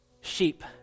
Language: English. sheep